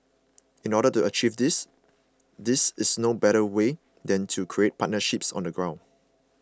in order to achieve this these is no better way than to create partnerships on the ground